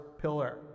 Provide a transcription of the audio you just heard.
pillar